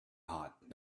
hot